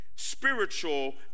spiritual